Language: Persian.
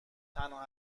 تنها